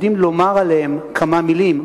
יודעים לומר עליהם כמה מלים,